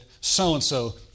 so-and-so